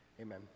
amen